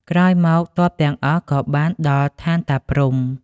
ក្រោយមក ទ័ពទាំងអស់ក៏បានដល់ឋានតាព្រហ្ម ។